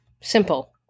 Simple